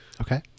Okay